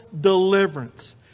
deliverance